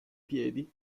piedi